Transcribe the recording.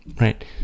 Right